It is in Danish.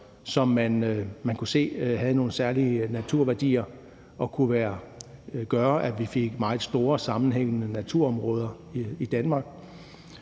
som man kunne se havde nogle særlige naturværdier, og som kunne gøre, at vi fik meget store sammenhængende naturområder i Danmark.